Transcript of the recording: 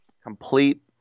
complete